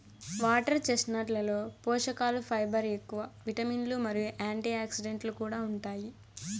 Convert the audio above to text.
water చెస్ట్నట్లలో పోషకలు fibre ఎక్కువ, విటమిన్లు మరియు యాంటీఆక్సిడెంట్లు కూడా ఉంటాయి